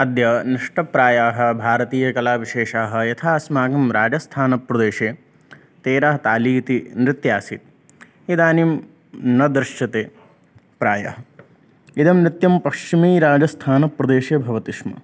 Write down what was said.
अद्य नष्टप्रायाः भारतीयकलाविशेषाः यथा अस्माकं राजस्थानप्रदेशे तेरहताली इति नृत्यम् आसीत् इदानीं न दृश्यते प्रायः इदं नृत्यं पश्चिमराजस्थानप्रदेशे भवति स्म